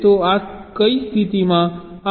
તો કઈ સ્થિતિમાં આ F 0 હશે